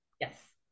Yes